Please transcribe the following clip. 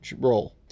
roll